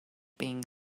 being